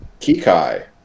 Kikai